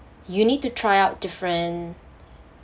you need to try out different